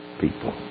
people